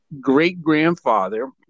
great-grandfather